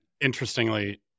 interestingly